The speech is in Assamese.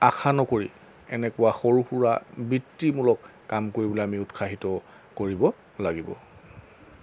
আশা নকৰি এনেকুৱা সৰু সুৰা বৃত্তিমূলক কাম কৰিবলৈ আমি উৎসাহিত কৰিব লাগিব